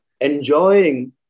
enjoying